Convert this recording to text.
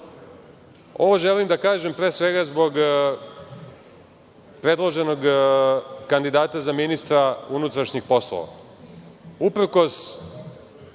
želim da kažem, pre svega, zbog predloženog kandidata za ministra unutrašnjih poslova. Uprkos